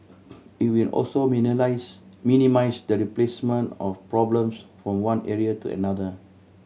it will also minimise the displacement of problems from one area to another